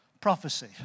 Prophecy